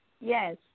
Yes